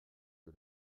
que